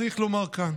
צריך לומר כאן.